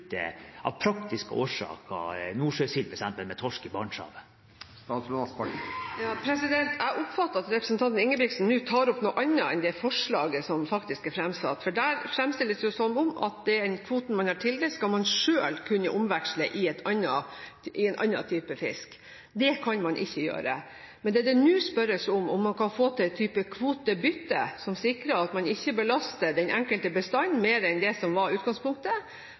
av praktiske årsaker, bytte f.eks. nordsjøsild mot torsk i Barentshavet? Jeg oppfatter at representanten Ingebrigtsen nå tar opp noe annet enn det forslaget som faktisk er framsatt. Der framstilles det jo som om at den kvoten man er tildelt, skal man selv kunne omveksle i en annen type fisk. Det kan man ikke gjøre. Det som det nå spørres om; hvorvidt man kan få til et slags kvotebytte, som sikrer at man ikke belaster den enkelte bestanden mer enn det som var utgangspunktet,